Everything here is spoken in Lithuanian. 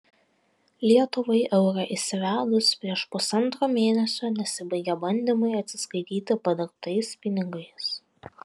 lietuvai eurą įsivedus prieš pusantro mėnesio nesibaigia bandymai atsiskaityti padirbtais pinigais